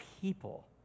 people